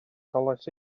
talais